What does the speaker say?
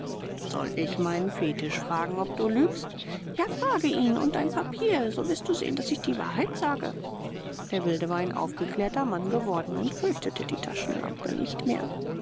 soll ich meinen fetisch fragen ob du lügst ja frage ihn und dein papier so wirst du sehen daß ich die wahrheit sage der wilde war ein aufgeklärter mann geworden und fürchtete die taschenlampe nicht mehr